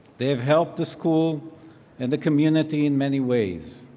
they have helped the school and the community in many ways.